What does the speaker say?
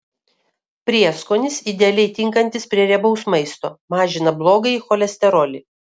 prieskonis idealiai tinkantis prie riebaus maisto mažina blogąjį cholesterolį